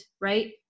right